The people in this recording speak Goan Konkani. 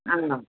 आं